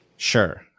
Sure